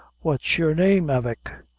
what's your name, avick?